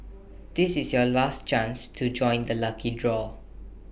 this is your last chance to join the lucky draw